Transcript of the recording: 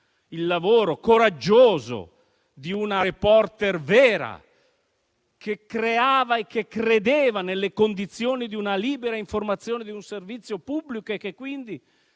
al lavoro coraggioso di una *reporter* vera, che creava e che credeva nelle condizioni di una libera informazione di un servizio pubblico e che quindi